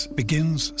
begins